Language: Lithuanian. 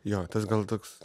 jo tas gal toks